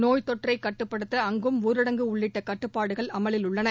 நோய்த் தொற்றைக் கட்டுப்படுத்த அங்கும் ஊரடங்கு உள்ளிட்ட கட்டுப்பாடுகள் அமலில்உள்ளன